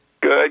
Good